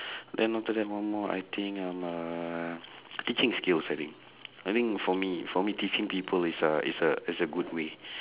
then after that one more I think I'm uh teaching skills I think I think for me for me teaching people is a is a is a good way